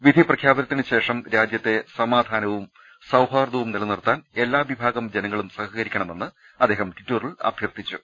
വിധി പ്രഖ്യാപത്തിനു ശേഷം രാജ്യത്തെ സമാധാനവും സൌഹാർദ്ദവും നിലനിർത്താൻ എല്ലാ വിഭാഗം ജനങ്ങളും സഹകരിക്കണമെന്ന് അദ്ദേഹം ടിറ്ററിൽ അഭ്യർത്ഥിച്ചു